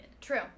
True